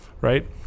right